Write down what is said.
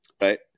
right